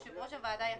יושב ראש הוועדה יפיץ,